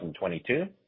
2022